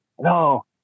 no